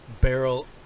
barrel